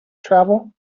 travel